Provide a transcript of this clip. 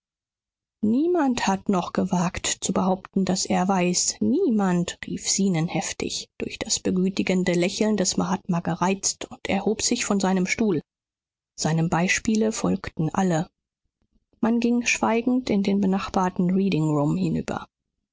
niemand hat noch gewagt zu behaupten daß er weiß niemand rief zenon heftig durch das begütigende lächeln des mahatma gereizt und erhob sich von seinem stuhl seinem beispiele folgten alle man ging schweigend in den benachbarten reading room hinüber